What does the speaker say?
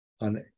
on